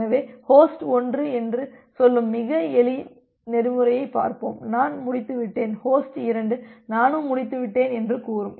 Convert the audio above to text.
எனவே ஹோஸ்ட் 1 என்று சொல்லும் மிக எளிய நெறிமுறையைப் பார்ப்போம் நான் முடித்துவிட்டேன் ஹோஸ்ட் 2 நானும் முடித்துவிட்டேன் என்று கூறும்